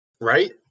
Right